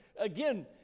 again